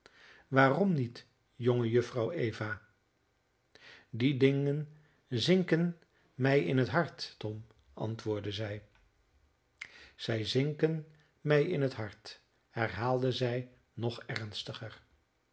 waarom niet jongejuffrouw eva die dingen zinken mij in het hart tom antwoordde zij zij zinken mij in het hart herhaalde zij nog ernstiger